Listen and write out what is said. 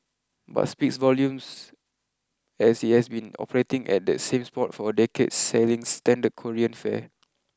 but speaks volumes as it has been operating at that same spot for a decade selling standard Korean fare